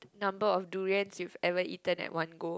number of durians you've ever eaten at one go